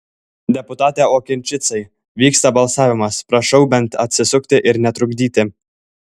deputate okinčicai vyksta balsavimas prašau bent atsisukti ir netrukdyti